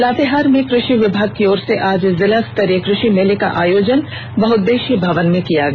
लातेहार में कृषि विभाग की ओर से आज जिला स्तरीय कृषि मेला का आयोजन बहुददेषीये भवन में किया गया